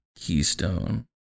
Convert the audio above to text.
Keystone